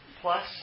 plus